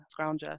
scrounger